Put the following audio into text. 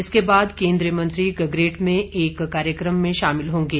इसके बाद केन्द्रीय मंत्री गगरेट में एक कार्यक्रम में शामिल होंगे